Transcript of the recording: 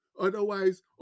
Otherwise